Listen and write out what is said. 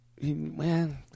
Man